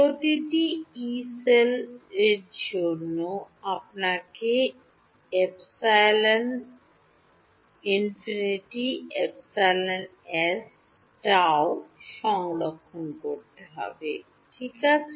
প্রতিটি ইয়ে সেলের জন্য আপনাকে ε∞ εs τ সংরক্ষণ করতে হবে ঠিক আছে